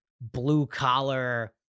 blue-collar